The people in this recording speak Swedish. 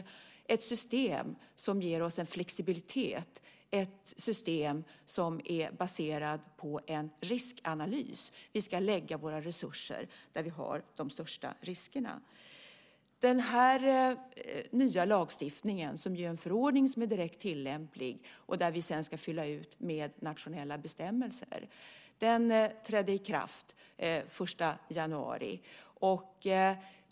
Det ska vara ett system som ger oss flexibilitet, som är baserat på en riskanalys. Vi ska lägga våra resurser där vi har de största riskerna. Den nya lagstiftningen, som är en direkt tillämplig förordning, ska fyllas ut med nationella bestämmelser. Den trädde i kraft den 1 januari.